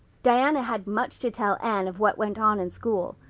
diana had much to tell anne of what went on in school.